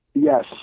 Yes